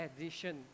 addition